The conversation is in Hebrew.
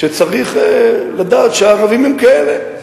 שצריך לדעת שהערבים הם כאלה.